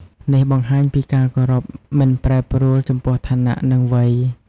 នេះបង្ហាញពីការគោរពមិនប្រែប្រួលចំពោះឋានៈ និងវ័យ។